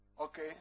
okay